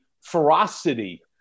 ferocity